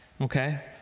okay